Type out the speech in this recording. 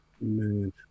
man